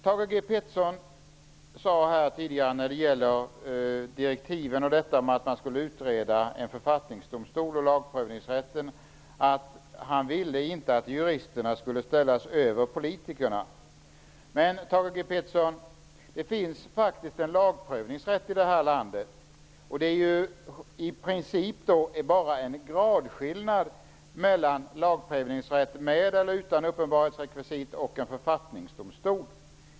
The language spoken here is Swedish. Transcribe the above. Thage G Peterson sade här tidigare om direktiven och detta med att man skall utreda frågan om en författningsdomstol och om lagprövningsrätten att han inte ville att juristerna skulle ställas över politikerna. Men det finns faktiskt, Thage G Peterson, en lagprövningsrätt i det här landet. I princip är det bara en gradskillnad mellan lagprövningsrätt med eller utan uppenbarhetsrekvisit och en författningsdomstol.